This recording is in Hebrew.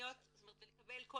לקבל כל